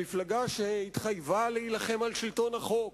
המפלגה שהתחייבה להילחם על שלטון החוק